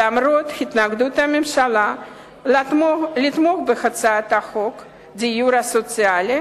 למרות התנגדות הממשלה לתמוך בהצעת החוק דיור סוציאלי